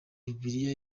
bibiliya